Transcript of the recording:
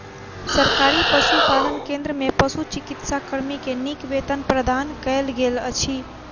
सरकारी पशुपालन केंद्र में पशुचिकित्सा कर्मी के नीक वेतन प्रदान कयल गेल अछि